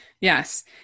Yes